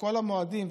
מכל המועדים,